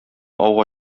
ауга